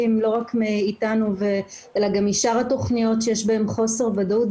לא רק מאיתנו אלא גם משאר התוכניות שיש בהם חוסר ודאות,